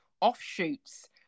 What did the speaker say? offshoots